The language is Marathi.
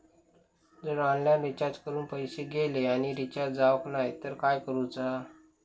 जर ऑनलाइन रिचार्ज करून पैसे गेले आणि रिचार्ज जावक नाय तर काय करूचा?